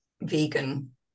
vegan